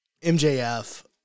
MJF